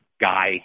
guy